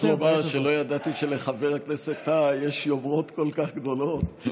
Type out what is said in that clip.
אני מוכרח לומר שלא ידעתי שלחבר הכנסת טאהא יש יומרות כל כך גדולות.